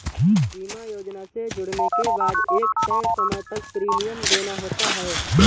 बीमा योजना से जुड़ने के बाद एक तय समय तक प्रीमियम देना होता है